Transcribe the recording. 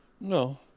no